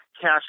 cash